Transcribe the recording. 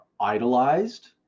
idolized